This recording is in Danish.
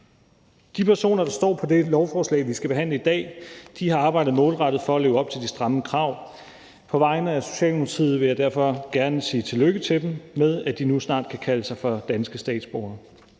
De personer, der står på dette lovforslag, som vi skal behandle i dag, har arbejdet målrettet for at leve op til de stramme krav. På vegne af Socialdemokratiet vil jeg derfor gerne sige tillykke til dem med, at de nu snart kan kalde sig for danske statsborgere.